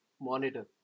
monitor